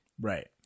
right